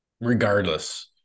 regardless